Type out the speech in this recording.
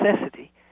necessity